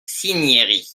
cinieri